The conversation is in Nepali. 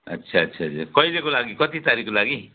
अच्छा अच्छा अच्छा कहिलेको लागि कति तारिकको लागि